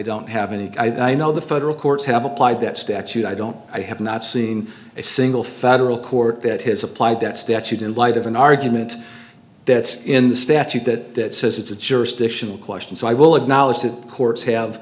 don't have any i know the federal courts have applied that statute i don't i have not seen a single federal court that has applied that statute in light of an argument that's in the statute that says it's a jurisdictional question so i will acknowledge that courts have